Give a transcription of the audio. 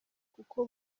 kuko